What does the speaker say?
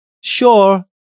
Sure